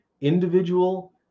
individual